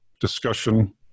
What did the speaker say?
discussion